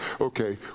okay